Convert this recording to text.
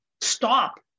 Stop